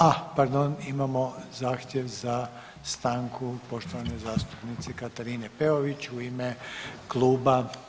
Ah, pardon, imamo zahtjev za stanku poštovane zastupnice Katarine Peović u ime kluba.